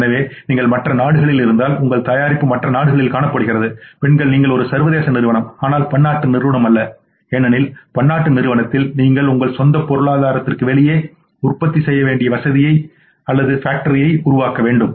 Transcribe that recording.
எனவே நீங்கள்மற்ற நாடுகளில் இருந்தால் உங்கள் தயாரிப்புமற்ற நாடுகளில்காணப்படுகிறது பிறகு நீங்கள் ஒரு சர்வதேச நிறுவனம் ஆனால் ஒரு பன்னாட்டு நிறுவனம் அல்ல ஏனெனில் பன்னாட்டு நிறுவனத்திற்கு நீங்கள் உங்கள் சொந்த பொருளாதாரத்திற்கு வெளியே உற்பத்தி வசதியை உருவாக்க வேண்டும்